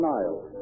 Niles